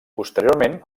posteriorment